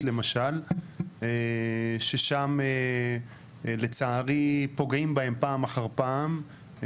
למשל ששם לצערי פוגעים בהם פעם אחר פעם.